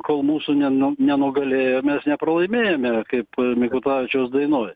kol mūsų nenu nenugalėjo mes nepralaimėjome kaip mikutavičiaus dainoj